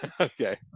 Okay